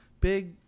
big